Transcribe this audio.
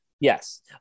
Yes